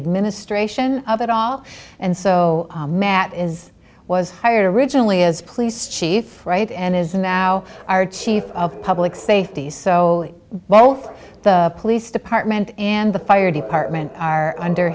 administration of it all and so that is was hired originally as police chief right and is now our chief of public safety so both the police department and the fire department are under